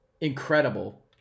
incredible